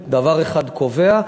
דבר אחד קבוע,